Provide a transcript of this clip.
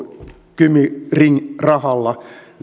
kymi ring rahalla